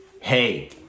Hey